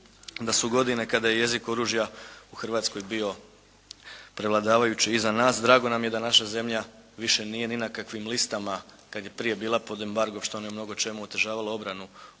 Drago nam je kada je jezik oružja u Hrvatskoj bio prevladavajući iza nas. Drago nam je da naša zemlja više nije ni na kakvim listama kada je prije bila pod embargom što nam je u mnogo čemu otežavalo obranu